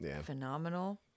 phenomenal